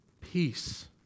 Peace